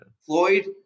Floyd